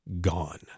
gone